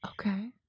Okay